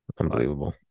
Unbelievable